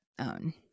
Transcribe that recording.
own